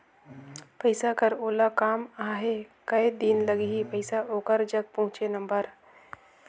पइसा कर ओला काम आहे कये दिन लगही पइसा ओकर जग पहुंचे बर?